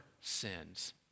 sins